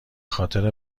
خاطر